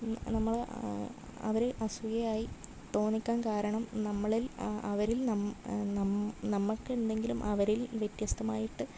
നമ്മൾ അവർ അസൂയയായി തോന്നിക്കാൻ കാരണം നമ്മളിൽ അവരിൽ നമ്മൾ നം നമുക്കെന്തെങ്കിലും അവരിൽ വ്യത്യസ്തമായിട്ട്